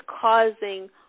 causing